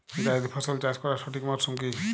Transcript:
জায়েদ ফসল চাষ করার সঠিক মরশুম কি?